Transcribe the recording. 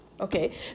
Okay